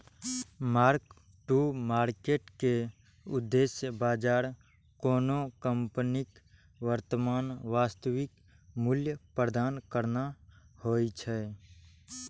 mark to market के उद्देश्य बाजार कोनो कंपनीक वर्तमान वास्तविक मूल्य प्रदान करना होइ छै